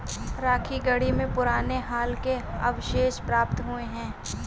राखीगढ़ी में पुराने हल के अवशेष प्राप्त हुए हैं